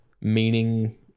meaning